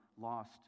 lost